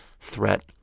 threat